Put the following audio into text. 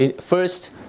first